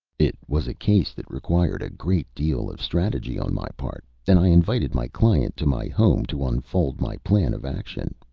it was a case that required a great deal of strategy on my part, and i invited my client to my home to unfold my plan of action.